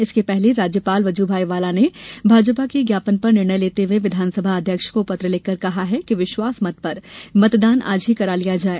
इसके पहले राज्यपाल वजूभाई वाला ने भाजपा के ज्ञापन पर निर्णय लेते हुए विधानसभा अध्यक्ष को पत्र लिखकर कहा है कि विश्वास मत पर मतदान आज ही करा लिया जाए